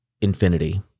infinity